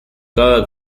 cada